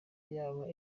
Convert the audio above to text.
yaba